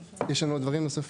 יש לנו עוד דברים נוספים?